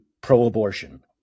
pro-abortion